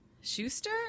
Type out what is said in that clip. schuster